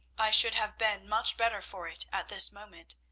i should have been much better for it at this moment.